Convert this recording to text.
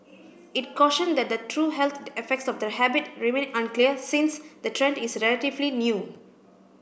it cautioned that the true health effects of the habit remain unclear since the trend is relatively new